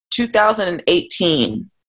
2018